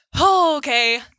okay